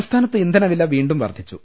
സംസ്ഥാനത്ത് ഇന്ധനവില വീണ്ടും വർദ്ധിച്ചു